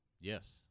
Yes